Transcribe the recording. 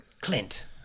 Clint